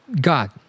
God